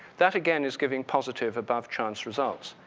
that again is giving positive above chance results.